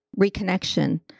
reconnection